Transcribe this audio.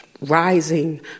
Rising